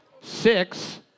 six